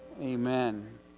amen